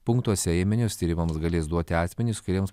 punktuose ėminius tyrimams galės duoti asmenys kuriems